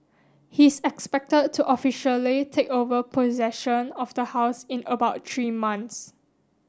he is expected to officially take over possession of the house in about three months